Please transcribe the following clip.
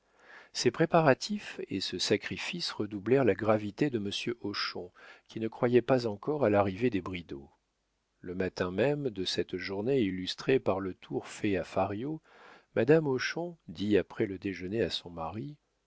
ces préparatifs et ce sacrifice redoublèrent la gravité de monsieur hochon qui ne croyait pas encore à l'arrivée des bridau le matin même de cette journée illustrée par le tour fait à fario madame hochon dit après le déjeuner à son mari